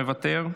מוותר,